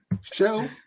show